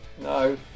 No